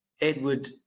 Edward